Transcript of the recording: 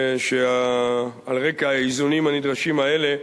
שעל רקע האיזונים הנדרשים האלה,